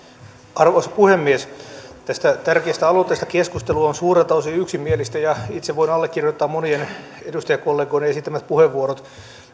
arvoisa puhemies tästä tärkeästä aloitteesta keskustelu on suurelta osin yksimielistä ja itse voin allekirjoittaa monien edustajakollegoiden esittämät puheenvuorot